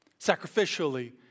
sacrificially